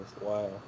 Wow